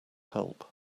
help